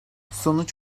sonuç